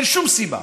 אין שום סיבה.